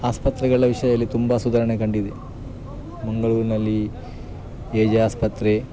ಆಸ್ಪತ್ರೆಗಳ ವಿಷಯಲ್ಲಿ ತುಂಬ ಸುಧಾರಣೆ ಕಂಡಿದೆ ಮಂಗಳೂರಿನಲ್ಲಿ ಏಜೆ ಆಸ್ಪತ್ರೆ